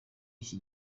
iki